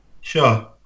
Sure